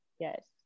Yes